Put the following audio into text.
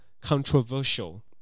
controversial